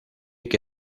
que